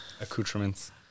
accoutrements